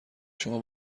شما